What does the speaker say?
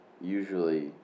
usually